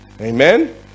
Amen